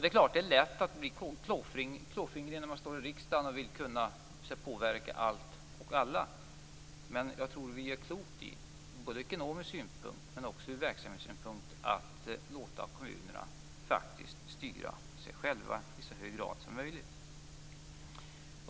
Det är klart att det är lätt att bli klåfingrig när man sitter i riksdagen och vill kunna påverka allt och alla, men jag tror att vi både ur ekonomisk synpunkt och verksamhetssynpunkt gör klokt i att låta kommunerna styra sig själva i så hög grad som möjligt.